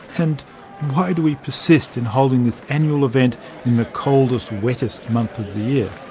and why do we persist in holding this annual event in the coldest, wettest month of the year?